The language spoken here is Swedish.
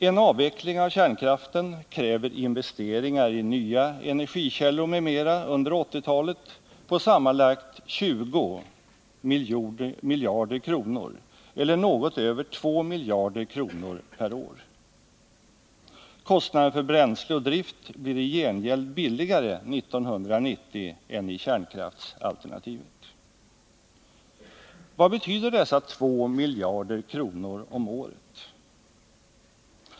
En avveckling av kärnkraften kräver investeringar i nya energikällor m.m. under 1980-talet på sammanlagt 21 miljarder kronor eller något över 2 miljarder kronor per år. Kostnaden för bränsle och drift blir i gengäld lägre 1990 än i kärnkraftsalternativet. Vad betyder dessa 2 miljarder kronor om året?